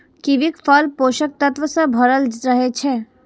कीवीक फल पोषक तत्व सं भरल रहै छै